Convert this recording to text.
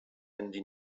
handy